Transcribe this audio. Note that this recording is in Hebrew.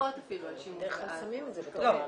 ומדווחות אפילו על שימוש באלכוהול.